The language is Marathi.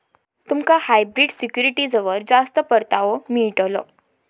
तुमका हायब्रिड सिक्युरिटीजवर जास्त परतावो मिळतलो